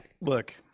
look